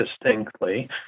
distinctly